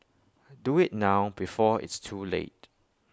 do IT now before it's too late